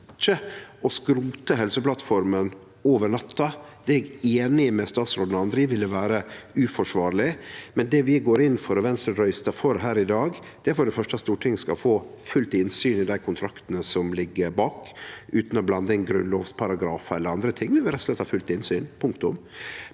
ikkje er å skrote Helseplattforma over natta. Det er eg einig med statsråden og andre i at ville vere uforsvarleg. Det vi går inn for, og som Venstre røystar for her i dag, er for det første at Stortinget skal få fullt innsyn i dei kontraktane som ligg bak, utan å blande inn grunnlovsparagrafar eller andre ting. Vi vil rett og slett ha fullt innsyn – punktum.